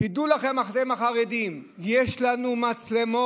תדעו לכם, אתם, החרדים, יש לנו מצלמות,